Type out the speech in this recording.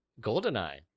Goldeneye